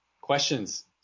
Questions